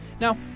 Now